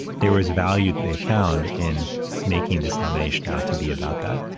there was value that they found in making this nomination now to be about that.